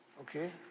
okay